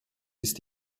ist